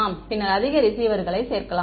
மாணவர் பின்னர் அதிக ரிசீவர்களை சேர்க்கலாம்